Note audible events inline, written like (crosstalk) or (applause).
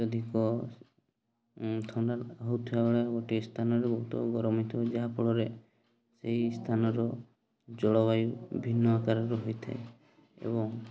ଅତ୍ୟଧିକ ଥଣ୍ଡା ହଉଥିବା ବେଳେ ଗୋଟେ ସ୍ଥାନରୁ (unintelligible) ଗରମ ହେଇଥିବ ଯାହାଫଳରେ ସେହି ସ୍ଥାନର ଜଳବାୟୁ ଭିନ୍ନ ଆକାରର ହୋଇଥାଏ ଏବଂ